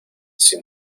sin